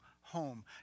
home